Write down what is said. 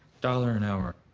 dollar an hour.